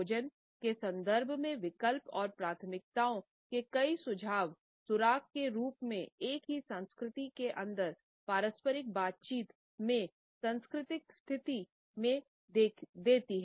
भोजन के संदर्भ में विकल्प और प्राथमिकता के कई सुझाव सुराग के रूप में एक ही संस्कृति के अन्दर पारस्परिक बातचीत में सांस्कृतिक स्थिति में देती हैं